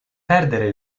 perdere